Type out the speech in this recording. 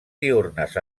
diürnes